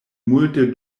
multe